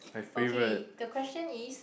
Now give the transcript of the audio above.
okay the question is